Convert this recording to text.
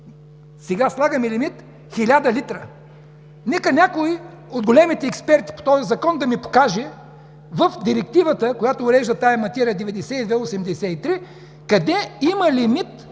Сега слагаме лимит 1000 литра. Нека някой от големите експерти по този Закон да ми покаже в Директива № 9283, която урежда тази материя, къде има лимит,